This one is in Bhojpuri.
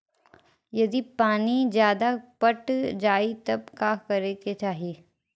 यदि पानी ज्यादा पट जायी तब का करे के चाही?